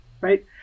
right